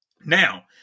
Now